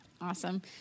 Awesome